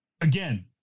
again